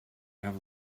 have